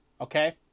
okay